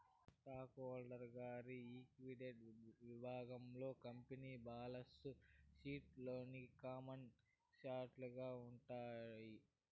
stock holder గారి equity విభాగంలో company balance sheet లోని కామన్ స్టాకులు ఉంటాయి